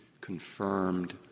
confirmed